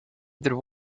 there